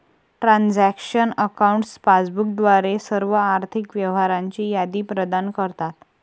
transaction accounts passbook द्वारे सर्व आर्थिक व्यवहारांची यादी प्रदान करतात